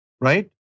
right